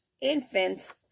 infant